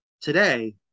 today